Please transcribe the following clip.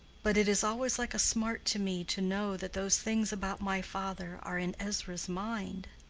but it is always like a smart to me to know that those things about my father are in ezra's mind.